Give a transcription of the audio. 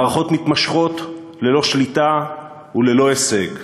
המערכות מתמשכות ללא שליטה וללא הישג.